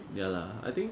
ya lah I think